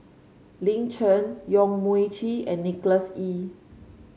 Lin Chen Yong Mun Chee and Nicholas Ee